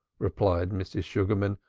replied mrs. sugarman,